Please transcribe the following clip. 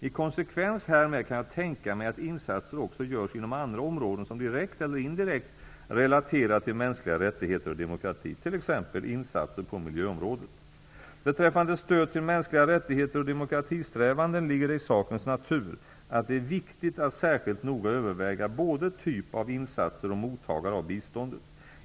I konsekvens hämred kan jag tänka mig att insatser också görs inom andra områden som direkt eller indirekt relaterar till mänskliga rättigheter och demokrati, t.ex. insatser på miljöområdet. Beträffande stöd till mänskliga rättigheter och demokratisträvanden ligger det i sakens natur att det är viktigt att särskilt noga överväga både typ av insatser och mottagare av biståndet.